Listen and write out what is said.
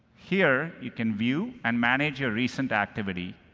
here, you can view and manage your recent activity.